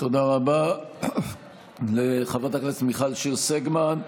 תודה רבה לחבר הכנסת מיכל שיר סגמן.